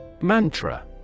Mantra